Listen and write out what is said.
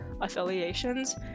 affiliations